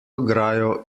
ograjo